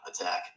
attack